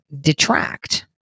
detract